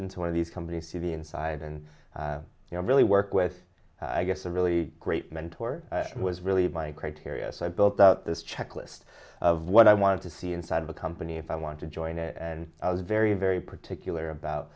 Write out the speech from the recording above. into one of these companies to be inside and you know really work with i guess a really great mentor was really my criteria so i built out this checklist of what i wanted to see inside the company if i want to join it and i was very very particular about